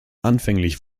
anfänglich